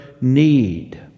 need